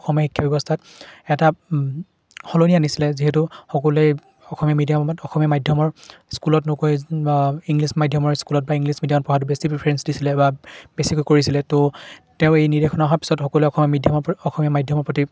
অসমীয়া শিক্ষা ব্যৱস্থাত এটা সলনি আনিছিলে যিহেতু সকলোৱে অসমীয়া মিডিয়ামত অসমীয়া মাধ্যমৰ স্কুলত নগৈ ইংলিছ মাধ্যমৰ স্কুলত বা ইংলিছ মিডিয়ামত পঢ়াটো বেছি প্ৰিফাৰেঞ্চ দিছিলে বা বেছিকৈ কৰিছিলে তো তেওঁৰ এই নিৰ্দেশনা অহাৰ পিছত সকলোৱে অসমীয়া মিডিয়ামৰ ওপৰত অসমীয়া মাধ্যমৰ প্ৰতি